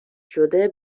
شده